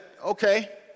okay